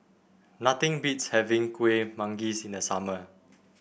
nothing beats having Kueh Manggis in the summer